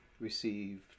received